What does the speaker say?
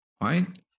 Right